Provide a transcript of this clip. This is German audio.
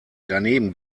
daneben